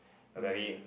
a very